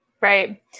Right